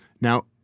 now